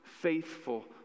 faithful